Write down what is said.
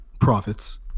Profits